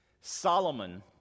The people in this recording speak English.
Solomon